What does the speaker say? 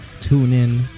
TuneIn